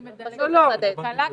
אני מדלגת בין ועדת כלכלה,